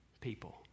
people